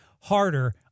harder